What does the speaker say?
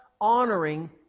honoring